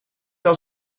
wel